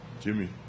Jimmy